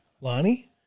Lonnie